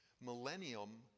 Millennium